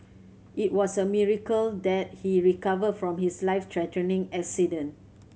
it was a miracle that he recovered from his life threatening accident